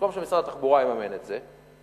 במקום שמשרד התחבורה יממן את זה,